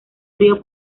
frío